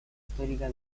histórica